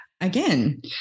again